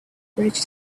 bridge